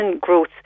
growth